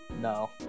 No